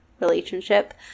relationship